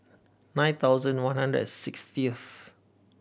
nine thousand one hundred Sixtieth